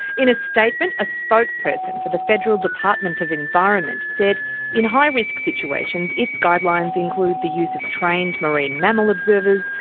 in a statement, a spokesperson for the federal department of environment said in high risk situations its guidelines include the use of trained marine mammal observers,